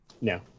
No